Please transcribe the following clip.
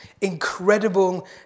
incredible